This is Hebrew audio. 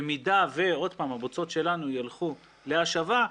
במידה והבוצות שלנו ילכו להשבה,